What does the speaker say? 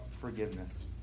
forgiveness